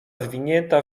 zwinięta